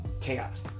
chaos